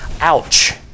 ouch